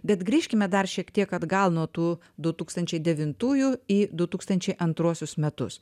bet grįžkime dar šiek tiek atgal nuo tų du tūkstančiai devintųjų į du tūkstančiai antruosius metus